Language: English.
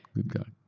good guy.